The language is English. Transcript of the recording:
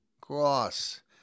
cross